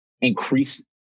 increase